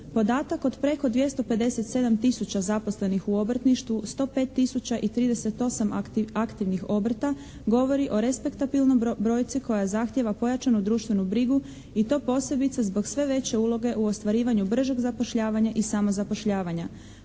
Podatak od preko 257 tisuća zaposlenih u obrtništvu, 105 tisuća i 38 aktivnih obrta govori o respektabilnoj brojci koja zahtijeva pojačanu društvenu brigu i to posebice zbog sve veće uloge u ostvarivanju bržeg zapošljavanja i samozapošljavanja.